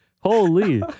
Holy